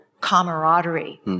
camaraderie